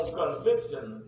conviction